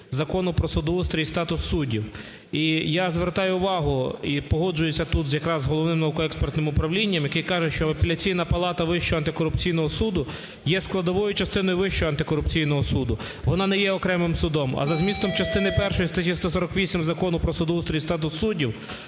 Закону "Про судоустрій і статус суддів". І я звертаю увагу і погоджуюся тут якраз з Головним науково-експертним управлінням, яке каже, що Апеляційна палата Вищого антикорупційного суду є складовою частиною Вищого антикорупційного суду, вона не є окремим судом. А за змістом частини першої статті 148 Закону "Про судоустрій і статус суддів"